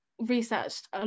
researched